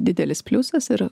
didelis pliusas ir